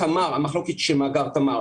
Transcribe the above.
המחלוקת היא של מאגר תמר.